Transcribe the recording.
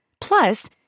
Plus